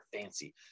fancy